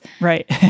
Right